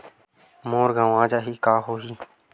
मोर गंवा जाहि का होही?